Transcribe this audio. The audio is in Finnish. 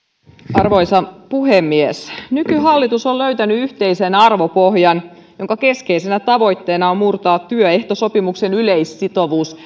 arvoisa puhemies nykyhallitus on löytänyt yhteisen arvopohjan jonka keskeisenä tavoitteena on murtaa työehtosopimuksen yleissitovuus